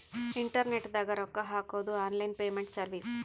internet ದಾಗ ರೊಕ್ಕ ಹಾಕೊದು ಆನ್ಲೈನ್ ಪೇಮೆಂಟ್ ಸರ್ವಿಸ್